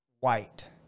white